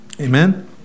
Amen